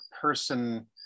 person